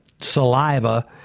saliva